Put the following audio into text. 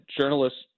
journalists